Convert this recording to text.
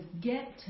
Get